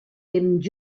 temps